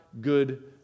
good